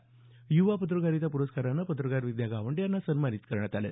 तर युवा पत्रकारिता प्रस्कारानं पत्रकार विद्या गावंडे यांना सन्मानित करण्यात आलं